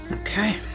Okay